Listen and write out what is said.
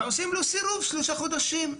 ועושים לו סירוב לשלושה חודשים.